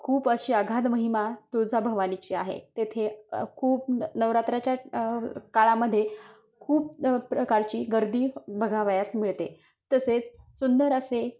खूप अशी अगाध महिमा तुळजाभवानीची आहे तिथे खूप नवरात्राच्या काळामध्ये खूप प्रकारची गर्दी बघावयास मिळते तसेच सुंदर असे